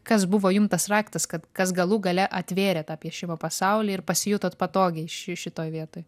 kas buvo jum tas raktas kad kas galų gale atvėrė tą piešimo pasaulį ir pasijutot patogiai ši šitoj vietoj